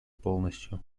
полностью